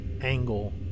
angle